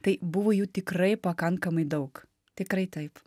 tai buvo jų tikrai pakankamai daug tikrai taip